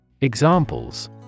Examples